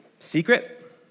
secret